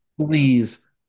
Please